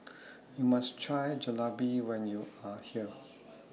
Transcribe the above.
YOU must Try Jalebi when YOU Are here